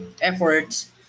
efforts